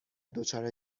دچار